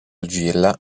argilla